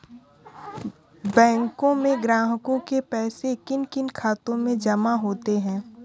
बैंकों में ग्राहकों के पैसे किन किन खातों में जमा होते हैं?